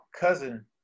cousin